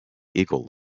eagle